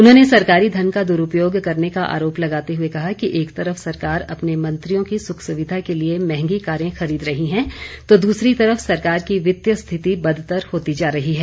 उन्होंने सरकारी धन का दुरपयोग करने का आरोप लगाते हुए कहा कि एक तरफ सरकार अपने मंत्रियों की सुख सुविधा के लिए मंहगी कारें खरीद रही है तो दूसरी तरफ सरकार की वित्तिय स्थिति बदतर होती जा रही है